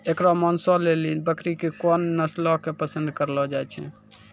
एकरो मांसो लेली बकरी के कोन नस्लो के पसंद करलो जाय छै?